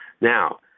Now